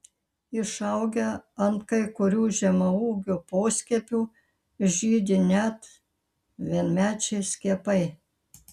išaugę ant kai kurių žemaūgių poskiepių žydi net vienmečiai skiepai